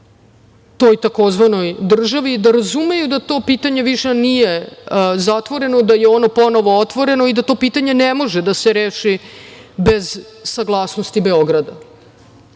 toj tzv. državi, da razumeju da to pitanje više nije zatvoreno, da je ono ponovo otvoreno i da to pitanje ne može da se reši bez saglasnosti Beograda. Tako